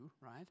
right